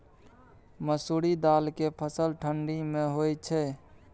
मसुरि दाल के फसल ठंडी मे होय छै?